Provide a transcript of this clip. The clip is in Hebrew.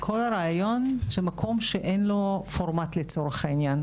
כל הרעיון, זה מקום שאין לו פורמט, לצורך העניין.